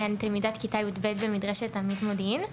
אני תלמידת כיתה י"ב במדרשת "אמית" מודיעין.